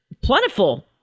plentiful